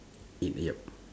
eight yup